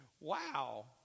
Wow